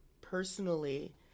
personally